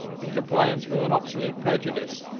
in compliance with an obsolete prejudice,